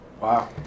Wow